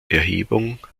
erhebung